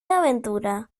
aventura